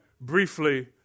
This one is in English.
briefly